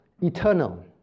eternal